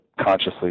consciously